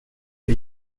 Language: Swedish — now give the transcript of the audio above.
hur